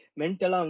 mental